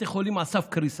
בתי חולים על סף קריסה,